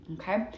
Okay